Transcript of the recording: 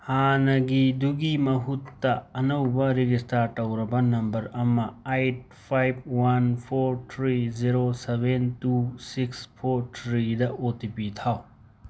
ꯍꯥꯟꯅꯒꯤꯗꯨꯒꯤ ꯃꯍꯨꯠꯇ ꯑꯅꯧꯕ ꯔꯦꯒꯤꯁꯇꯥꯔ ꯇꯧꯔꯕ ꯅꯝꯕꯔ ꯑꯃ eight five one four three zero seven two six four ꯊ꯭ꯔꯤꯗ ꯑꯣ ꯇꯤ ꯄꯤ ꯊꯥꯎ